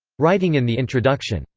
writing in the introduction,